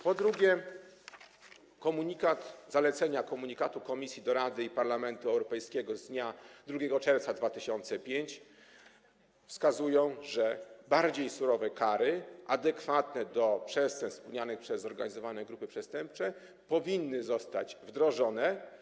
Po drugie, zalecenia „Komunikatu Komisji do Rady i Parlamentu Europejskiego” z dnia 2 czerwca 2005 wskazują, że bardziej surowe kary, adekwatne do przestępstw popełnianych przez zorganizowane grupy przestępcze, powinny zostać wdrożone.